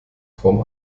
form